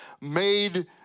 made